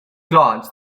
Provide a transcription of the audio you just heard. glance